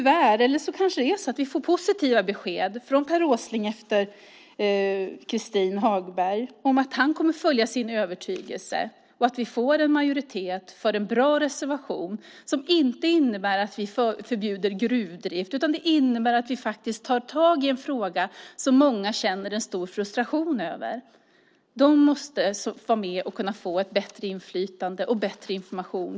Vi kanske får positiva besked från Per Åsling om att han kommer att följa sin övertygelse så att vi får en majoritet för en bra reservation som inte innebär att vi förbjuder gruvdrift utan att vi tar tag i en fråga som många känner en stor frustration inför. De måste kunna få ett bättre inflytande och bättre information.